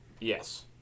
Yes